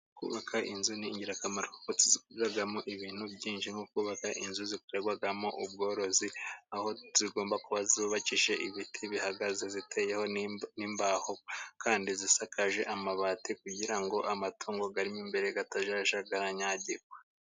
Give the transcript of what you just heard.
Kubaka inzu ni ingirakamaro kuko tuzikoreramo ibintu byinshi nko kubaka inzu zikorerwamo ubworozi, aho zigomba kuba zubakishije ibiti bihagaze ziteye n'imbaho kandi zisakaje amabati kugira ngo amatungo arimo imbere atazajya anyagirwa.